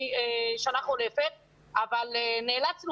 נמצא